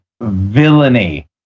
villainy